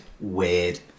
weird